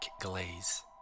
glaze